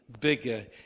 bigger